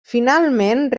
finalment